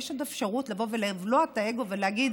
יש עוד אפשרות לבוא ולבלוע את האגו ולהגיד: